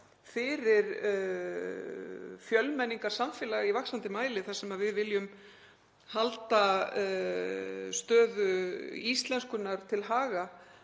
fyrir fjölmenningarsamfélag í vaxandi mæli, þar sem við viljum halda stöðu íslenskunnar til haga,